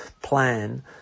plan